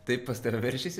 taip pas tave veržiasi